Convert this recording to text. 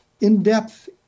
in-depth